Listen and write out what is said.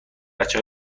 بچه